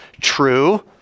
true